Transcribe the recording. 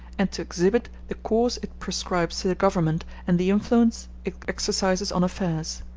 and to exhibit the course it prescribes to the government and the influence it exercises on affairs.